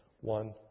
One